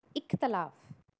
इख़्तिलाफ़ु